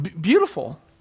Beautiful